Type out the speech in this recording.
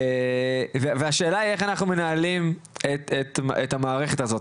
השאלה היא איך אנחנו מנהלים את המערכת הזאת.